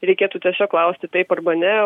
reikėtų tiesiog klausti taip arba ne